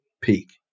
peak